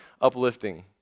uplifting